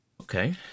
Okay